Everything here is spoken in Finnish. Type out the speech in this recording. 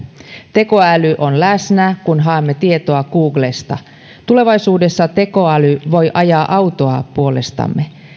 tekoäly on läsnä kun haemme tietoa googlesta tulevaisuudessa tekoäly voi ajaa autoa puolestamme